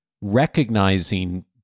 recognizing